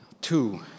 Two